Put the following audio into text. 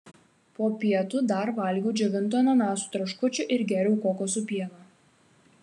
po pietų dar valgiau džiovintų ananasų traškučių ir gėriau kokosų pieno